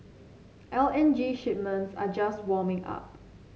L N G shipments are just warming up